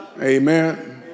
Amen